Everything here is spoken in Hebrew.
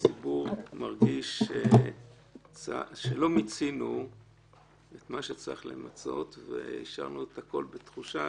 הציבור מרגיש שלא מיצינו את מה שצריך למצות והשארנו את הכול בתחושה